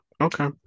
Okay